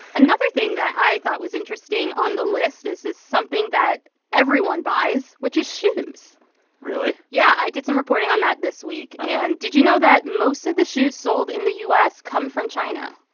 another thing that i thought was interesting on the list is is something that everyone buys, which is shoes really? yeah. i did some reporting on that this week. and did you know that most of the shoes sold in the u s. come from china?